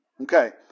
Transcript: Okay